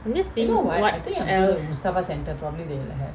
I'm just thinking what else